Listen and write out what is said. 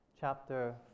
chapter